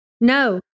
No